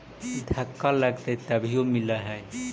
धक्का लगतय तभीयो मिल है?